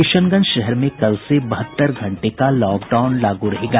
किशनगंज शहर में कल से बहत्तर घंटे का लॉकडाउन लागू रहेगा